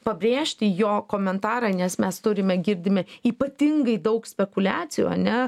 pabrėžti jo komentarą nes mes turime girdime ypatingai daug spekuliacijų ane